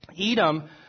Edom